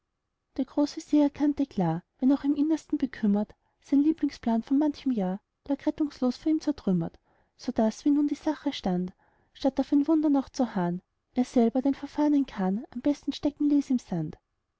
der großvezier erkannte klar wenn auch im innersten bekümmert sein lieblingsplan von manchem jahr lag rettungslos vor ihm zertrümmert sodaß wie nun die sache stand statt auf ein wunder noch zu harren er selber den verfahrnen karren am besten stecken ließ im sand